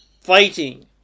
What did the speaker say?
fighting